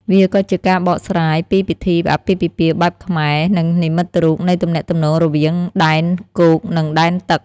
វាក៏ជាការបកស្រាយពីពិធីអាពាហ៍ពិពាហ៍បែបខ្មែរ និងនិមិត្តរូបនៃទំនាក់ទំនងរវាងដែនគោក និងដែនទឹក។